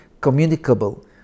communicable